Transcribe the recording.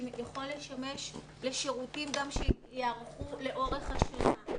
יכול לשמש לשירותים שיערכו לאורך השנה,